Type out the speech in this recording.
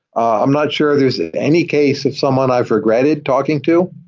i'm not sure there's any case of someone i've regretted talking to.